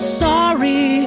sorry